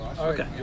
Okay